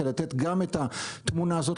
כדי לתת שם גם את התמונה הזאת,